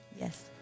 yes